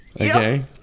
Okay